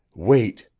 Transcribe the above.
wait,